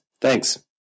Thanks